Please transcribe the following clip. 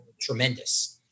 tremendous